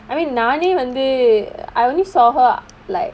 I mean நானே வந்து:naanae vanthu I only saw her like